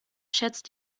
schätzt